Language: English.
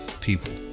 people